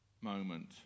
moment